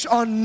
on